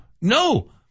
No